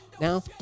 now